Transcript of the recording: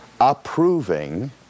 approving